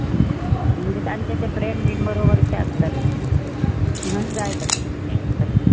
आं म्हणजे तांचे ते फ्रॅण बी बरोबरचे आसतले म्हणून जाय तांकां तें